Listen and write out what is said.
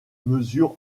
mesure